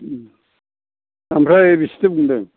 ओमफ्राय बेसेथो बुंदों